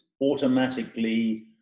automatically